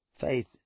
Faith